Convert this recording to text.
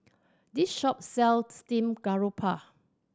this shop sell steamed garoupa